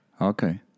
okay